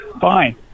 Fine